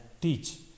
teach